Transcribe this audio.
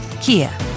Kia